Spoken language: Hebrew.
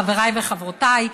חבריי וחברותיי,